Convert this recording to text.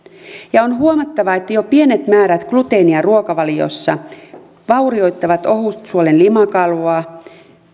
ja on huomattava että jo pienet määrät gluteenia ruokavaliossa vaurioittavat ohutsuolen limakalvoa